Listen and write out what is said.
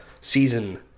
season